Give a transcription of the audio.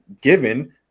given